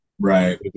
Right